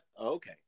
Okay